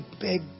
big